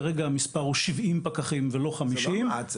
כרגע המספר הוא 70 פקחים ולא 50. זה לא מעט,